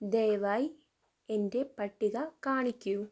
ദയവായി എൻ്റെ പട്ടിക കാണിക്കൂ